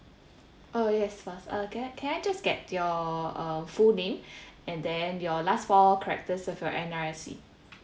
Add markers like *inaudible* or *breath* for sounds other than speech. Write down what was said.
oh yes first uh can I can I just get your uh full name *breath* and then your last four characters of your N_R_I_C